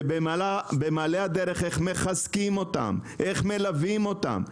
ובמעלה הדרך, איך מחזקים אותם, איך מלווים אותם.